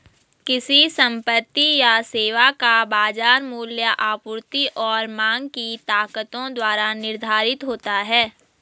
किसी संपत्ति या सेवा का बाजार मूल्य आपूर्ति और मांग की ताकतों द्वारा निर्धारित होता है